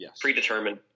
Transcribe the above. predetermined